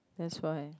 that's why